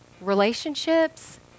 relationships